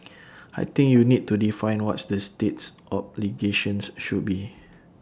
I think you need to define what's the state's obligations should be